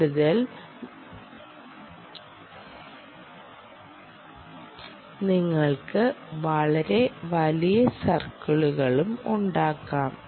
കൂടാതെ നിങ്ങൾക്ക് വളരെ വലിയ സർക്കിളുകളും ഉണ്ടാകാം